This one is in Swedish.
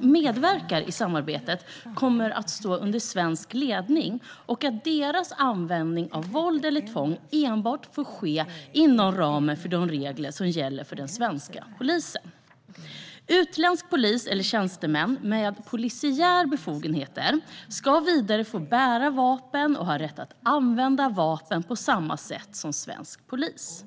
medverkar i samarbetet kommer att stå under svensk ledning och att deras användning av våld eller tvång enbart får ske inom ramen för de regler som gäller för den svenska polisen. Utländsk polis eller utländska tjänstemän med polisiära befogenheter ska vidare få bära vapen och ha rätt att använda vapen på samma sätt som svensk polis.